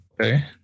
Okay